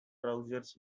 trousers